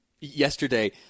Yesterday